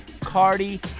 Cardi